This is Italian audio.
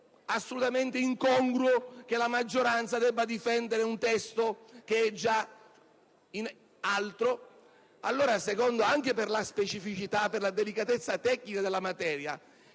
assolutamente incongruo che la maggioranza debba difendere un testo che è già altro?